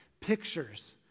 pictures